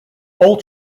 all